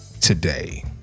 today